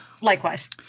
Likewise